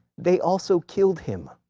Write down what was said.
they also killed him.